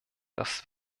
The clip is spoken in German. das